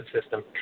system